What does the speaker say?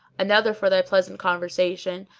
another for thy pleasant conversation,